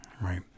Right